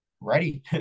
ready